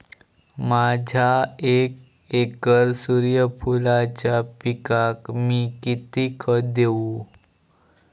माझ्या एक एकर सूर्यफुलाच्या पिकाक मी किती खत देवू?